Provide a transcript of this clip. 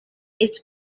its